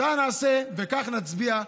אותה נעשה וכך נצביע.